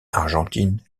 argentine